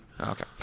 Okay